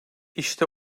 i̇şte